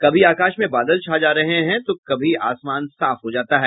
कभी आकाश में बादल छा जा रहे हैं तो कभी आसमान साफ हो जाता है